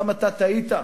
גם אתה טעית,